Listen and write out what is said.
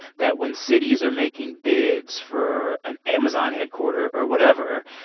that when cities are making bids for an amazon headquarter or whatever,